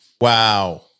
Wow